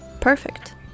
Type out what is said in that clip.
perfect